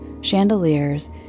chandeliers